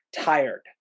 tired